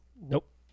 Nope